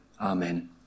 Amen